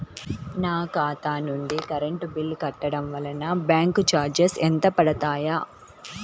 నా ఖాతా నుండి కరెంట్ బిల్ కట్టడం వలన బ్యాంకు చార్జెస్ ఎంత పడతాయా?